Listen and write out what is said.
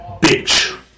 bitch